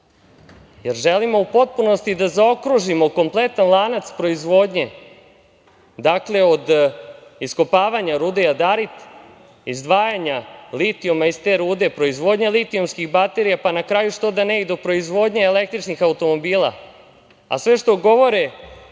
jer želimo u potpunosti da zaokružimo kompletan lanac proizvodnje, od iskopavanja rude jadarit, izdvajanja litijuma iz te rude, proizvodnje litijumskih baterija, pa na kraju, što da ne, i do proizvodnje električnih automobila.